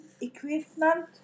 equipment